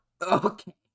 Okay